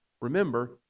Remember